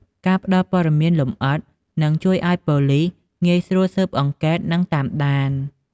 ការផ្ដល់ព័ត៌មានលម្អិតនឹងជួយឲ្យប៉ូលិសងាយស្រួលស៊ើបអង្កេត និងតាមដាន។